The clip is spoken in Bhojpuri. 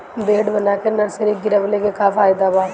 बेड बना के नर्सरी गिरवले के का फायदा बा?